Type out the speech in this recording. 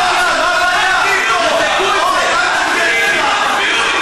הוא עדיין לא אמר שום דבר.